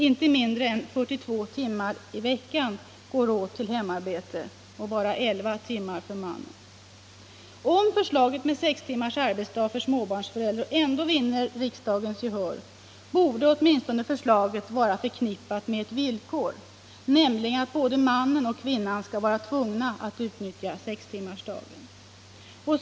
Inte mindre än 42 timmar i veckan går åt till hemarbete mot 11 timmar för mannen. Om förslaget med sex timmars arbetsdag för småbarnsföräldrar ändå vinner riksdagens gehör, borde förslaget åtminstone vara förknippat med ett villkor, nämligen att både mannen och kvinnan skall vara tvungna att utnyttja sextimmarsdagen. Herr talman!